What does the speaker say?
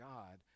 God